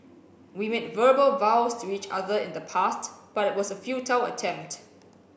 we made verbal vows to each other in the past but it was a futile attempt